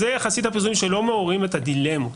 זה יחסית אחוזים שלא מעוררים את הדילמות.